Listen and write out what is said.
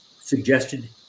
suggested